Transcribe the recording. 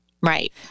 Right